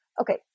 Okay